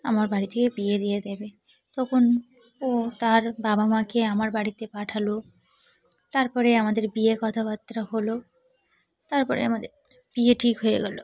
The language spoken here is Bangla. আমার বাড়ি থেকে বিয়ে দিয়ে দেবে তখন ও তার বাবা মাকে আমার বাড়িতে পাঠাল তার পরে আমাদের বিয়ে কথাবার্তা হলো তার পরে আমাদের বিয়ে ঠিক হয়ে গেল